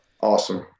Awesome